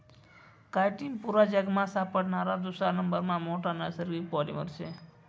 chitin पुरा जगमा सापडणारा दुसरा नंबरना मोठा नैसर्गिक पॉलिमर शे